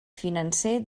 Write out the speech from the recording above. financer